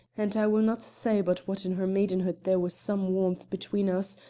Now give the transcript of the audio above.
and i will not say but what in her maidenhood there was some warmth between us,